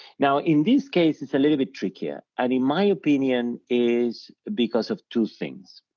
now, in this case it's a little bit trickier and in my opinion is because of two things.